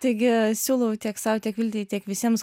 taigi siūlau tiek sau tiek viltei tiek visiems